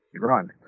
run